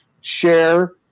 share